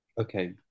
Okay